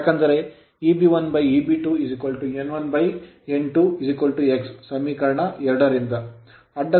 ಏಕೆಂದರೆ Eb1Eb2 n1 n2 x ಸಮೀಕರಣ 2 ರಿಂದ